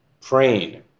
praying